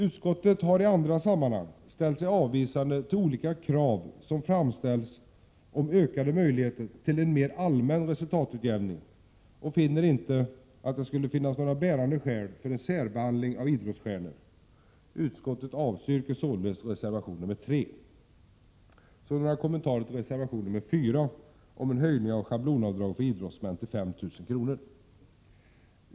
Utskottet har i andra sammanhang ställt sig avvisande till olika krav som framställts om ökade möjligheter till en mer allmän resultatutjämning och finner inte att det skulle finnas några bärande skäl för en särbehandling av idrottsstjärnor. Utskottet avstyrker således reservation 3. Så några kommentarer till reservation 4, om en höjning av schablonavdraget för idrottsmän till 5 000 kr.